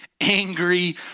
angry